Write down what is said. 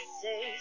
say